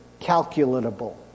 calculatable